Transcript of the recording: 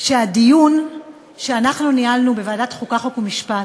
שהדיון שאנחנו ניהלנו בוועדת חוקה, חוק ומשפט,